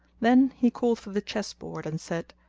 then he called for the chess board, and said,